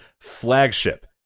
FLAGSHIP